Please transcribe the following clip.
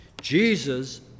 Jesus